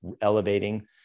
elevating